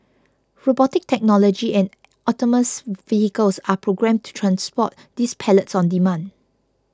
robotic technology and autonomous vehicles are programmed to transport these pallets on demand